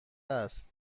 است